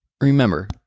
Remember